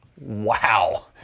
Wow